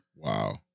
Wow